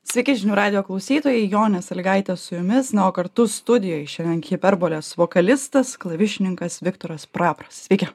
sveiki žinių radijo klausytojai jonė salygaitė su jumis kartu studijoj šiandien hiperbolės vokalistas klavišininkas viktoras prapras sveiki